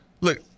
Look